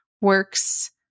works